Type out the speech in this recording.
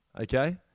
Okay